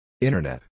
Internet